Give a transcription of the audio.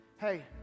hey